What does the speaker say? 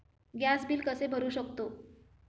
Gas bill कसे भरू शकतो?